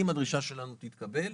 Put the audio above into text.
אם הדרישה שלנו תתקבל,